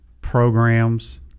programs